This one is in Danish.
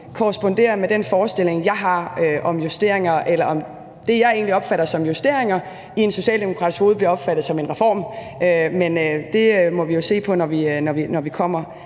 korresponderer med den forestilling, jeg har om justeringer, eller om det, jeg egentlig opfatter som justeringer, i en socialdemokrats hoved bliver opfattet som en reform, men det må vi jo se på, når vi kommer